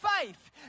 faith